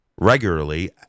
regularly